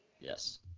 Yes